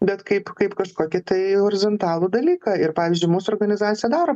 bet kaip kaip kažkokį tai horizontalų dalyką ir pavyzdžiui mūsų organizacija daro